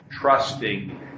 trusting